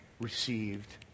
received